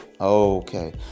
okay